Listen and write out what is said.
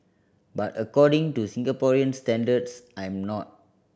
but according to Singaporean standards I'm not